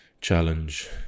challenge